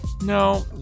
No